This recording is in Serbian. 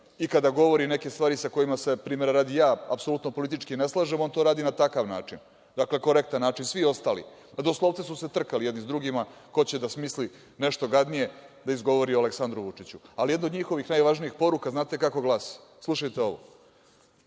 i kada govori neke stvari sa kojima se, primera radi, ja apsolutno politički ne slažem, on to radi na takav način, korektan način. Svi ostali doslovce su se trkali jedni sa drugima ko će da smisli nešto gadnije da izgovori o Aleksandru Vučiću. Jedna od njihovih najvažnijih poruka, znate kako glasi, slušajte ovo